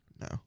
No